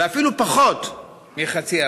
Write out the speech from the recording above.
ואפילו פחות מחצי עבודה.